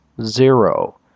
Zero